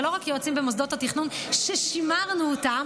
ולא רק יועצים במוסדות התכנון ששימרנו אותם